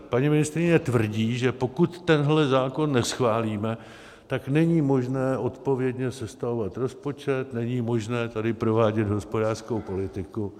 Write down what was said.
Paní ministryně tvrdí, že pokud tenhle zákon neschválíme, tak není možné odpovědně sestavovat rozpočet, není možné tady provádět hospodářskou politiku.